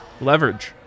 Leverage